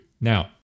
Now